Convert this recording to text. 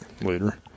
later